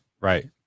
Right